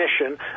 Mission